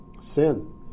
sin